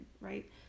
right